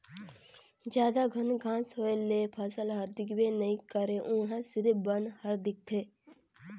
जादा घन घांस होए ले फसल हर दिखबे नइ करे उहां सिरिफ बन हर दिखथे